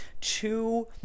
Two